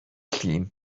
llun